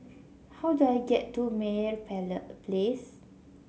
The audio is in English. how do I get to Meyer Place